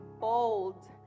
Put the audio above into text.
bold